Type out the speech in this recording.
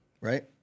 Right